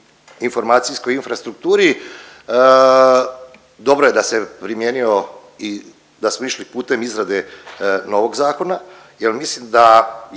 informacijskoj infrastrukturi dobro je da se primijenio i da smo išli putem izrade novog zakona, jer mislim da